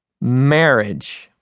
Marriage